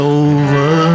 over